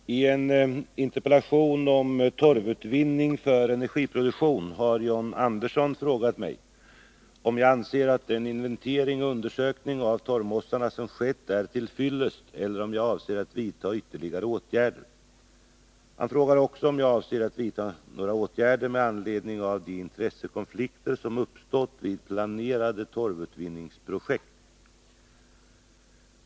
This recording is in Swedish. Herr talman! I en interpellation om torvutvinning för energiproduktion har John Andersson frågat mig om jag anser att den inventering och undersökning av torvmossarna som skett är till fyllest eller om jag avser att vidta ytterligare åtgärder. Han frågar också om jag avser att vidta några åtgärder med anledning av de intressekonflikter som uppstått vid planerade torvutvinningsprojekt.